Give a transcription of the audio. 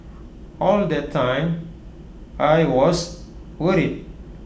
all that time I was worried